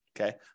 Okay